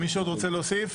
מישהו עוד רוצה להוסיף?